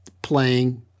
playing